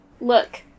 Look